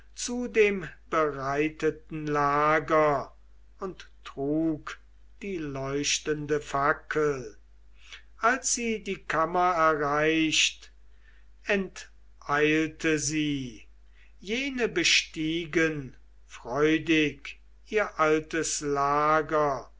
zu dem bereiteten lager und trug die leuchtende fackel als sie die kammer erreicht enteilte sie jene bestiegen freudig ihr altes lager